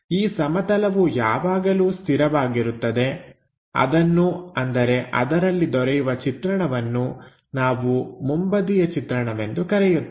ಈ ಸಮತಲವು ಯಾವಾಗಲೂ ಸ್ಥಿರವಾಗಿರುತ್ತದೆ ಅದನ್ನು ಅಂದರೆ ಅದರಲ್ಲಿ ದೊರೆಯುವ ಚಿತ್ರಣವನ್ನು ನಾವು ಮುಂಬದಿಯ ಚಿತ್ರವೆಂದು ಕರೆಯುತ್ತೇವೆ